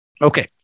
Okay